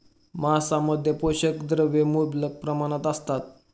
मांसामध्ये पोषक द्रव्ये मुबलक प्रमाणात असतात